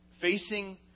facing